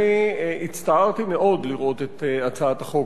אני הצטערתי מאוד לראות את הצעת החוק